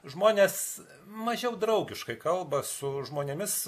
žmonės mažiau draugiškai kalba su žmonėmis